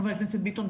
חבר הכנסת ביטון,